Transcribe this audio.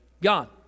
God